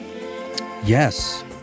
Yes